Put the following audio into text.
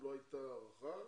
לא הייתה הארכה,